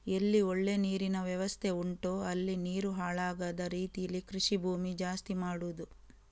ಎಲ್ಲಿ ಒಳ್ಳೆ ನೀರಿನ ವ್ಯವಸ್ಥೆ ಉಂಟೋ ಅಲ್ಲಿ ನೀರು ಹಾಳಾಗದ ರೀತೀಲಿ ಕೃಷಿ ಭೂಮಿ ಜಾಸ್ತಿ ಮಾಡುದು